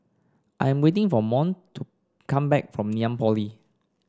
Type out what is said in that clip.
I'm waiting for Mont to come back from Ngee Ann Polytechnic